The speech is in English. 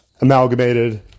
amalgamated